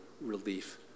relief